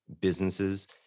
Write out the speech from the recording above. businesses